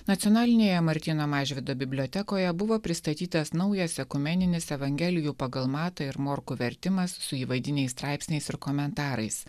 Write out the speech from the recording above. nacionalinėje martyno mažvydo bibliotekoje buvo pristatytas naujas ekumeninis evangelijų pagal matą ir morkų vertimas su įvadiniais straipsniais ir komentarais